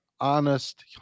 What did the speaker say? honest